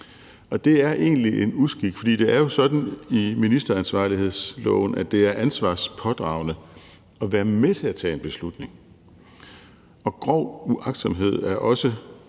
og det er egentlig en uskik. For det er jo sådan i ministeransvarlighedsloven, at det er ansvarspådragende at være med til at tage en beslutning, og grov uagtsomhed er også